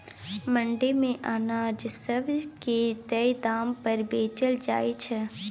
मंडी मे अनाज सब के तय दाम पर बेचल जाइ छै